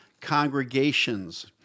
Congregations